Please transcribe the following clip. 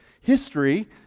History